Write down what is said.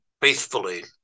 faithfully